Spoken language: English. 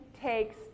takes